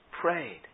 prayed